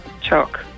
Chalk